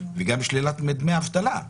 וגם שלילת דמי אבטלה.